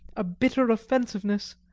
a bitter offensiveness,